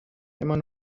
immer